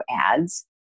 ads